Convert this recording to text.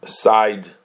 side